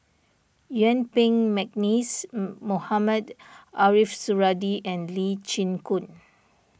Yuen Peng McNeice Mohamed Ariff Suradi and Lee Chin Koon